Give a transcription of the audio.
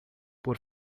por